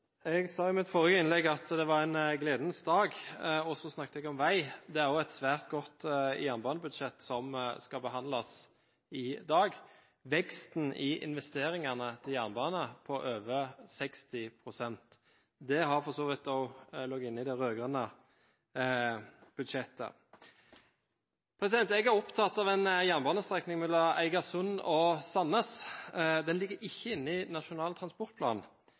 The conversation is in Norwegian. snakket jeg om vei. Det er også et svært godt jernbanebudsjett som behandles i dag. Veksten i investeringene til jernbane på over 60 pst. har for så vidt også ligget inne i det rød-grønne budsjettet. Jeg er opptatt av en jernbanestrekning mellom Eigersund og Sandnes. Den ligger ikke inne i Nasjonal transportplan.